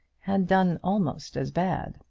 had done almost as bad.